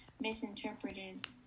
misinterpreted